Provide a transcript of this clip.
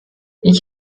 ich